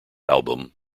album